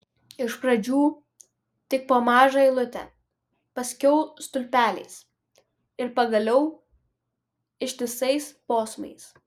iš pradžių tik po mažą eilutę paskiau stulpeliais ir pagaliau ištisais posmais